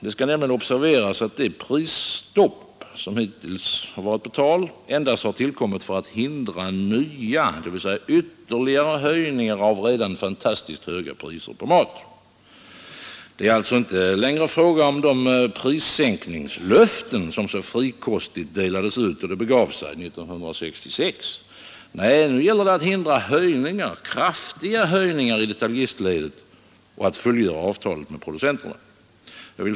Det skall nämligen observeras att det prisstopp som hittills har varit på tal endast har tillkommit för att hindra nya, dvs. ytterligare höjningar av redan fantastiskt höga priser på mat. Det är alltå inte längre fråga om de prissänkningslöften som så frikostigt delades ut då det begav sig, 1966. Nej, nu gäller det att hindra höjningar — kraftiga höjningar — i detaljistledet och att fullgöra avtalet med producenterna.